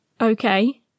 Okay